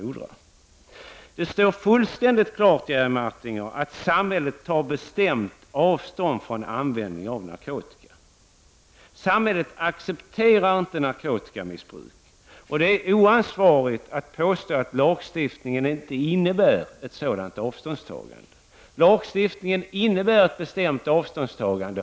Det står fullständigt klart, Jerry Martinger, att samhället tar avstånd från användning av narkotika. Samhället accepterar inte bruk av narkotika. Det är oansvarigt att påstå att lagstiftningen inte innebär ett sådant avståndstagande. Den innebär ett bestämt avståndstagande.